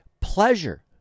pleasure